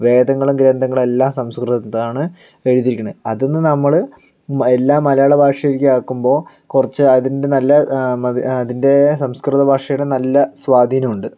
വേദങ്ങളും ഗ്രന്ഥങ്ങളും എല്ലാം സംസ്കൃതത്തിലാണ് എഴുതിയിരിക്കണെ അതിൽ നിന്ന് നമ്മൾ എല്ലാ മലയാളഭാഷയിലേക്ക് ആക്കുമ്പോൾ കുറച്ച് അതിൻ്റെ നല്ല അതിൻ്റെ സംസ്കൃത ഭാഷയുടെ നല്ല സ്വാധീനമുണ്ട്